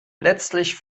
letztlich